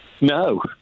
No